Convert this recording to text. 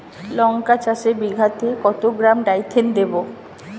লঙ্কা চাষে বিঘাতে কত গ্রাম ডাইথেন দেবো?